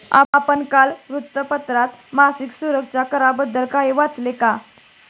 आपण काल वृत्तपत्रात सामाजिक सुरक्षा कराबद्दल काही वाचले का?